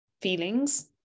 feelings